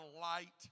light